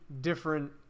different